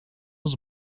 was